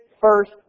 first